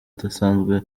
adasanzwe